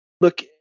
look